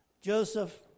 Joseph